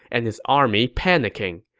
and his army panicking.